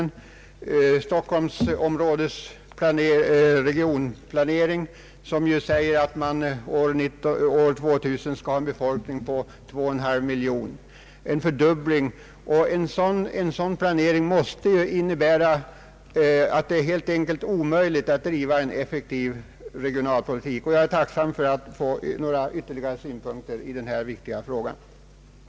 I Stockholmsområdets regionplanering räknas det med att befolkningen i det området år 2000 uppgår till 2,5 miljoner, d.v.s. en fördubbling i jämförelse med nuvarande förhållanden. En sådan planering tyder ju på att det helt enkelt blir omöjligt att driva en effektiv regionalpolitik. Jag vore tacksam för att få ytterligare några synpunkter i dessa viktiga frågor från statsrådet.